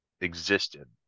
existed